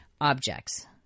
objects